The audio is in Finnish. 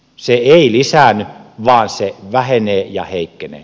se ei lisäänny vaan se vähenee ja heikkenee